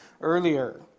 earlier